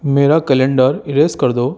میرا calendar erase کر دو